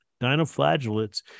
dinoflagellates